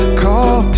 call